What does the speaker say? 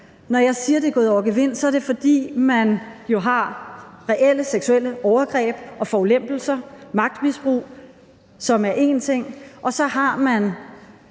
Når jeg siger, at det er gået over gevind, så er det jo, fordi man har reelle seksuelle overgreb og forulempelser og magtmisbrug, som er én ting, og man